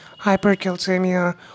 hypercalcemia